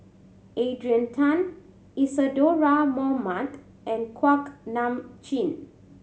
Adrian Tan Isadhora Mohamed and Kuak Nam Jin